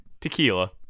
tequila